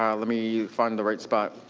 um let me find the right spot.